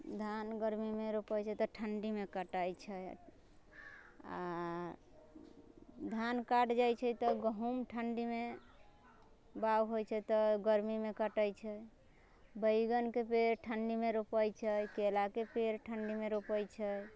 धान गरमीमे रोपाइत छै तऽ ठण्डीमे कटाइत छै आ धान कटि जाइत छै तऽ गहुँम ठण्डीमे बाग होइत छै तऽ गरमीमे कटाइत छै बैगनके पेड़ ठण्डीमे रोपाइत छै केलाके पेड़ ठंडीमे रोपाइत छै